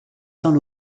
saint